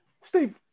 Steve